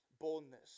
boldness